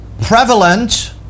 prevalent